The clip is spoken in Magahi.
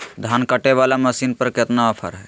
धान कटे बाला मसीन पर कतना ऑफर हाय?